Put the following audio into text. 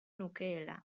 nukeela